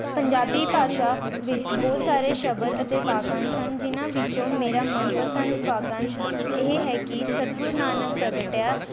ਪੰਜਾਬੀ ਭਾਸ਼ਾ ਵਿੱਚ ਬਹੁਤ ਸਾਰੇ ਸ਼ਬਦ ਅਤੇ ਵਾਕੰਸ਼ ਹਨ ਜਿਹਨਾਂ ਵਿੱਚੋਂ ਮੇਰਾ ਮਨਪਸੰਦ ਵਾਕੰਸ਼ ਇਹ ਹੈ ਕਿ ਸਤਿਗੁਰੂ ਨਾਨਕ ਪ੍ਰਗਟਿਆ